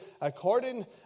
according